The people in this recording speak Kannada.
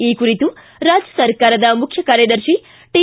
ಈ ಕುರಿತು ರಾಜ್ಯ ಸರಕಾರದ ಮುಖ್ಯ ಕಾರ್ಯದರ್ಶಿ ಟಿ